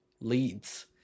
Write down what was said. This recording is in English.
leads